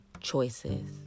choices